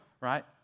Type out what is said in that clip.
Right